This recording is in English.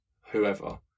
whoever